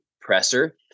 presser